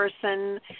person